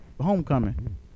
homecoming